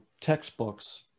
textbooks